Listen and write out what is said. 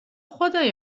خدای